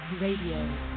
Radio